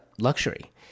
luxury